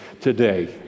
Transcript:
Today